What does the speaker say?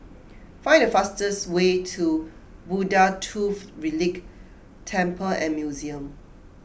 find the fastest way to Buddha Tooth Relic Temple and Museum